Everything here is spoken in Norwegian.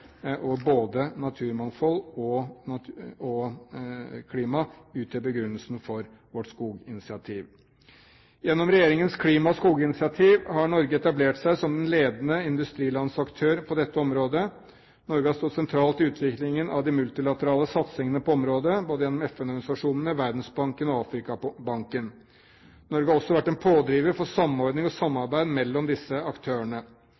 Både naturmangfold og klima utgjør begrunnelsen for vårt skoginitiativ. Gjennom regjeringens klima- og skoginitiativ har Norge etablert seg som den ledende industrilandsaktør på dette området. Norge har stått sentralt i utviklingen av de multilaterale satsingene på området, både gjennom FN-organisasjonene, Verdensbanken og Afrikabanken. Norge har også vært en pådriver for samordning og samarbeid mellom disse aktørene.